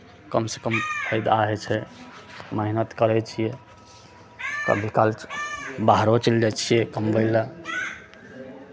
कमसँ कम फाइदा होइ छै मेहनत करै छियै कभी काल बाहरो चलि जाइ छियै कमबै लेल